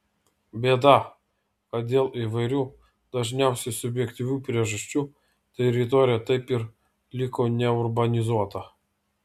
bėda kad dėl įvairių dažniausiai subjektyvių priežasčių teritorija taip ir liko neurbanizuota